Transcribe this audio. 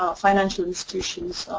um financial institutions,